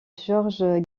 georges